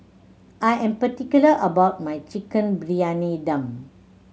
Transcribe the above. I am particular about my Chicken Briyani Dum